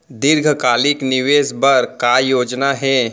दीर्घकालिक निवेश बर का योजना हे?